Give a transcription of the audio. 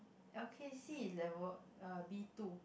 L_K_C is level uh B-two